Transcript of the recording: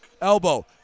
elbow